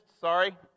sorry